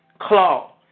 Claw